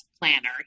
planner